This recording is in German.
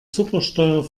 zuckersteuer